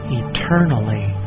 eternally